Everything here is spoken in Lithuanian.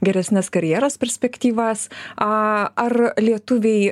geresnes karjeros perspektyvas a ar lietuviai